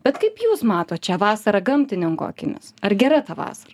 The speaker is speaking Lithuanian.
bet kaip jūs matot šią vasarą gamtininko akimis ar gera ta vasara